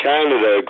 Canada